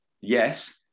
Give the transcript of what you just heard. yes